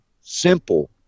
simple